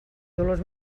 dolors